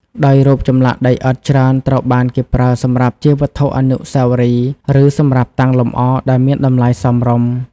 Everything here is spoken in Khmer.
ដោយរូបចម្លាក់ដីឥដ្ឋច្រើនត្រូវបានគេប្រើសម្រាប់ជាវត្ថុអនុស្សាវរីយ៍ ឬសម្រាប់តាំងលម្អដែលមានតម្លៃសមរម្យ។